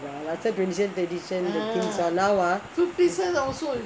later brinjal the descend bookings are now a few places also